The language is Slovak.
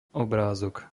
obrázok